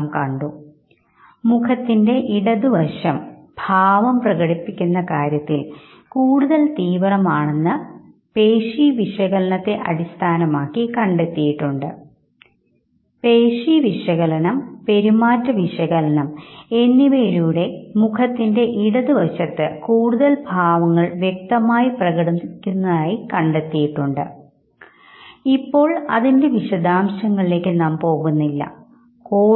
ഒരു സമൂഹത്തിൻറെ ഭാഗമായി നിൽക്കുമ്പോൾ അല്ലെങ്കിൽ ഒരു സംഘത്തിൻറെ പരിഷ്കൃതമായ മാനദണ്ഡങ്ങൾക്കനുസരിച്ച് പെരുമാറുമ്പോൾ എല്ലാവരും നെഗറ്റീവ് വികാരങ്ങൾ ഒരുപരിധിവരെ തീവ്രത കുറച്ച് മാത്രമാണ് പ്രകടിപ്പിക്കുന്നത് അതുകൊണ്ടുതന്നെ എല്ലാവരും പറയുന്നു എനിക്ക് നല്ല വിശേഷങ്ങൾ ആണ് ഞാൻ നന്നായിരിക്കുന്നു